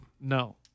No